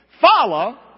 follow